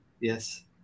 Yes